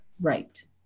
right